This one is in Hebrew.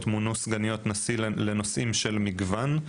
מונו סגניות נשיא לנושאים של מגוון,